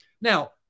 Now